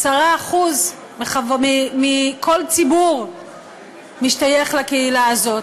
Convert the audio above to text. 10% מכל ציבור משתייך לקהילה הזאת,